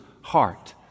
heart